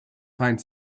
find